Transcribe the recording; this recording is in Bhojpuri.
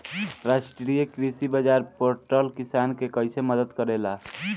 राष्ट्रीय कृषि बाजार पोर्टल किसान के कइसे मदद करेला?